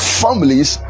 families